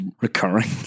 recurring